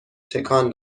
تکان